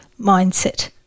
mindset